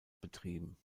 betrieben